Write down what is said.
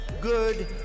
good